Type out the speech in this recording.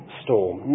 storm